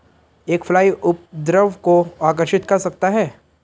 एक फ्लाई उपद्रव को आकर्षित कर सकता है?